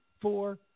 four